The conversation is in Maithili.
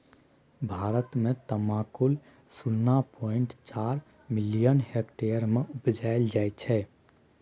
भारत मे तमाकुल शुन्ना पॉइंट चारि मिलियन हेक्टेयर मे उपजाएल जाइ छै